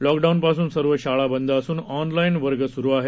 लॉकडाऊनपासून सर्व शाळा बंद असून ऑनलाईन वर्ग स्रु आहेत